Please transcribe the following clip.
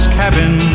cabin